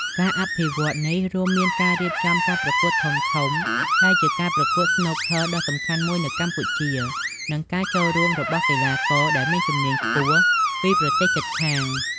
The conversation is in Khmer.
ការអភិវឌ្ឍន៍នេះរួមមានការរៀបចំការប្រកួតធំៗដែលជាការប្រកួតស្នូកឃ័រដ៏សំខាន់មួយនៅកម្ពុជា និងការចូលរួមរបស់កីឡាករដែលមានជំនាញខ្ពស់ពីប្រទេសជិតខាង។